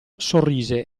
sorrise